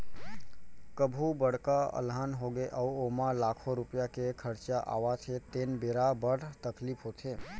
कभू बड़का अलहन होगे अउ ओमा लाखों रूपिया के खरचा आवत हे तेन बेरा बड़ तकलीफ होथे